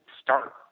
start